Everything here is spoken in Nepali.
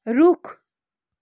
रुख